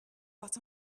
but